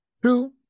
True